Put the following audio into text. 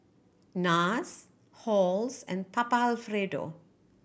Nars Halls and Papa Alfredo